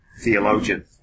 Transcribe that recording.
theologian